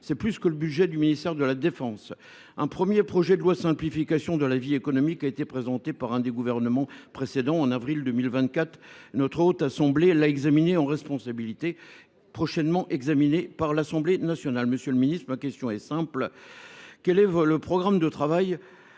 et plus que le budget du ministère de la défense. Un premier projet de loi de simplification de la vie économique a été présenté par un gouvernement précédent au mois d’avril 2024. La Haute Assemblée l’a examiné en responsabilité, et il sera prochainement examiné par l’Assemblée nationale. Monsieur le ministre, ma question est simple : quel est le programme de travail